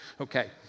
Okay